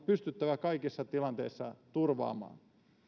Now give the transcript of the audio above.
pystyttävä kaikissa tilanteissa turvaamaan